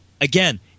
again